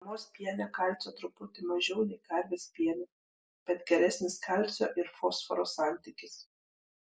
mamos piene kalcio truputį mažiau nei karvės piene bet geresnis kalcio ir fosforo santykis